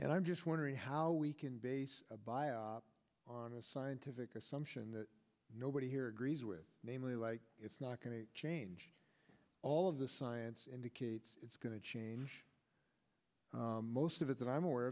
and i'm just wondering how we can base a bio on a scientific assumption that nobody here agrees with namely like it's not going to change all of the science indicates it's going to change most of it that i'm aware